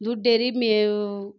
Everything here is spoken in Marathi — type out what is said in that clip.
दूध डेअरी